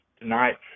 tonight